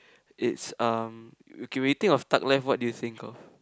it's um K when you think of thug life what do you think of